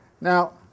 Now